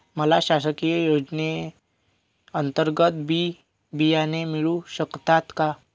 मला शासकीय योजने अंतर्गत बी बियाणे मिळू शकतात का?